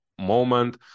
moment